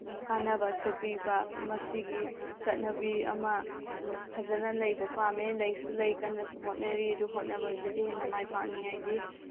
ꯀꯥꯟꯅꯕ ꯑꯁꯦ ꯄꯤꯕ ꯃꯁꯤꯒꯤ ꯆꯠꯅꯕꯤ ꯑꯃ ꯐꯖꯅ ꯂꯩꯕ ꯄꯥꯝꯃꯦ ꯂꯩꯁꯨ ꯂꯩ ꯀꯟꯅꯁꯨ ꯍꯣꯠꯅꯔꯤ ꯑꯗꯨ ꯍꯣꯠꯅꯕ ꯑꯁꯤꯗꯒꯤ ꯍꯦꯟꯅ ꯃꯥꯏ ꯄꯥꯛꯅꯤꯡꯉꯥꯏꯒꯤ